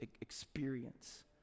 experience